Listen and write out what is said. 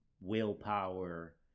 willpower